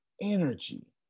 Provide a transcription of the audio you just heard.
energy